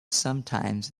sometimes